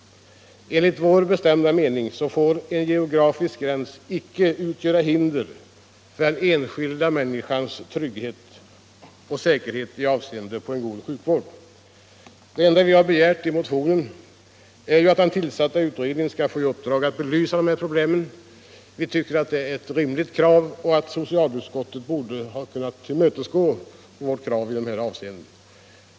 Enligt vår bestämda mening bör en geografisk gräns icke 147 Samarbete mellan få utgöra hinder för den enskilda människans trygghet och säkerhet i avseende på en god sjukvård. Det enda vi har begärt i motionen är ju att den tillsatta utredningen skall få i uppdrag att belysa de här problemen. Vi tycker det är ett rimligt krav och att socialutskottet borde ha kunnat tillmötesgå vårt krav i det avseendet.